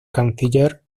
canciller